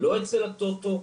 לא אצל הטוטו,